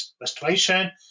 restoration